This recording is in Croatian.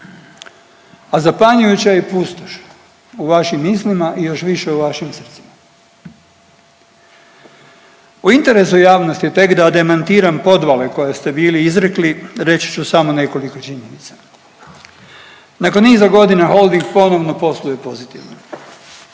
a zapanjujuća je i pustoš u vašim mislima i još više u vašim srcima. U interesu javnosti je tek da demantiram podvale koje ste bili izrekli, reći ću samo nekoliko činjenica. Nakon niza godina Holding ponovno posluje pozitivno.